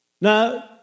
Now